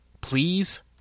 Please